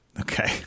Okay